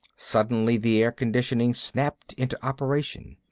suddenly the air-conditioning snapped into operation.